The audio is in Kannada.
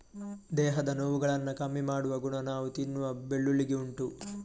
ದೇಹದ ನೋವುಗಳನ್ನ ಕಮ್ಮಿ ಮಾಡುವ ಗುಣ ನಾವು ತಿನ್ನುವ ಬೆಳ್ಳುಳ್ಳಿಗೆ ಉಂಟು